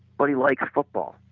but he likes football,